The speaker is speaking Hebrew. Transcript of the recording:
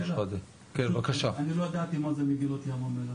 אני לא ידעתי מה זה מגילות ים המלח.